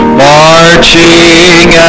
marching